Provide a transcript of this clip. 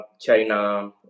China